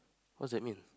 what's that mean